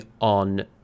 on